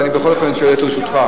אבל אני בכל אופן שואל את רשותך.